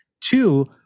Two